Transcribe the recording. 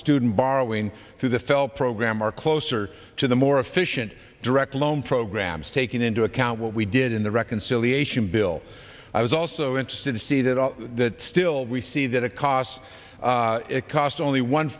student borrowing through the fell program are closer to the more efficient direct loan programs taking into account what we did in the reconciliation bill i was also interested to see that all that still we see that it costs it cost only one